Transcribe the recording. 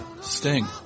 sting